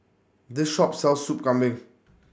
This Shop sells Soup Kambing